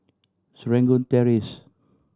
Serangoon Terrace